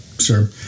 Sure